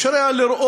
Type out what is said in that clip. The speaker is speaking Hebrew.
אפשר היה לראות